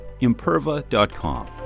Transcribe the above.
imperva.com